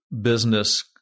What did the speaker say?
business